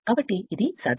కాబట్టి ఇది సాధారణ విషయం